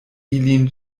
ilin